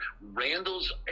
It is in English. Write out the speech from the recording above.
Randall's